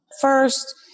First